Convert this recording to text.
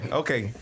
okay